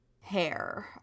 hair